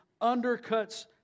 undercuts